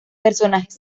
personajes